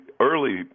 early